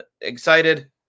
excited